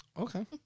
Okay